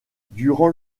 durant